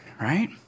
right